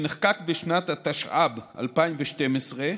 שנחקק בשנת התשע"ב, 2012,